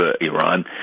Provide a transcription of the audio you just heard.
Iran